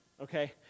okay